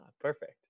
Perfect